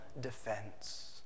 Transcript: defense